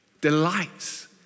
delights